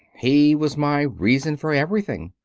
he was my reason for everything.